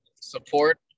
support